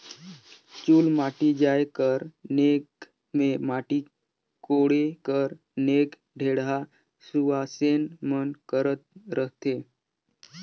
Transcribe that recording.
चुलमाटी जाए कर नेग मे माटी कोड़े कर नेग ढेढ़ा सुवासेन मन कर रहथे